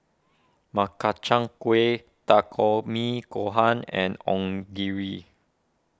Makchang Gui Takikomi Gohan and Onigiri